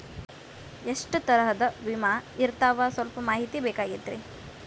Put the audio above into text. ಎಷ್ಟ ತರಹದ ವಿಮಾ ಇರ್ತಾವ ಸಲ್ಪ ಮಾಹಿತಿ ಬೇಕಾಗಿತ್ರಿ